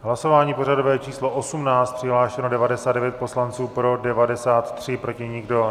Hlasování pořadové číslo 18, přihlášeno 99 poslanců, pro 93, proti nikdo.